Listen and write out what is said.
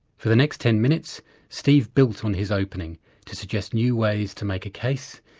for the next ten minutes steve built on his opening to suggest new ways to make a case,